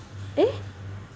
eh